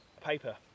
paper